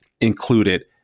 included